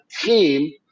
team